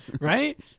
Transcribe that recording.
Right